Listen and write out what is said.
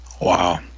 Wow